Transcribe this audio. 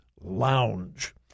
Lounge